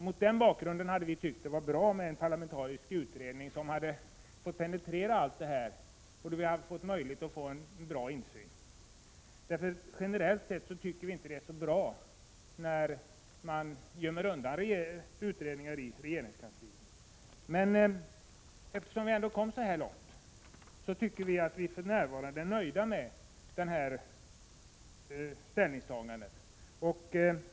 Mot den bakgrunden tycker vi att det hade varit bra om en parlamentarisk utredning hade fått penetrera alla frågor på detta område, så att vi hade kunnat få en god insyn i dessa. Vi tycker generellt sett att det inte är bra när man gömmer undan utredningar i regeringskansliet. Eftersom våra synpunkter ändå blivit någorlunda väl tillgodosedda vill vi 119 dock för närvarande förklara oss nöjda med utskottets ställningstagande.